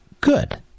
Good